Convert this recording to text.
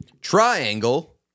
Triangle